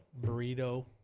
burrito